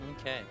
Okay